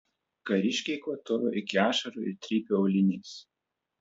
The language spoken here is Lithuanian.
kariškiai kvatojo iki ašarų ir trypė auliniais